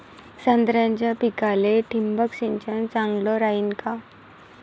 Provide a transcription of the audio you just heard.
संत्र्याच्या पिकाले थिंबक सिंचन चांगलं रायीन का?